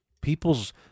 people's